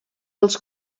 els